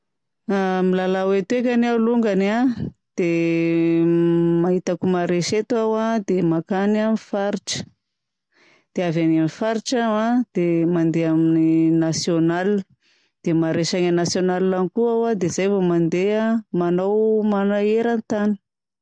Milalao etovana aho alongany a, dia ma- hitako maharesy eto aho a, dia mankany amin'ny faritra. Dia avy agny amin'ny faritra aho a, dia mandeha amin'ny national. Dia maharesy agny amin'ny national agny koa aho a dia zay vao mandeha manao mana eran-tany.